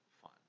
fun